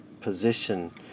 position